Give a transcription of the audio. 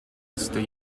state